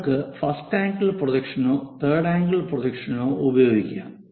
ഒരാൾക്ക് first angle പ്രൊജക്ഷനോ third angle പ്രൊജക്ഷനോ ഉപയോഗിക്കാം